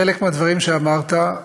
חלק מהדברים שאמרת,